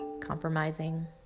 compromising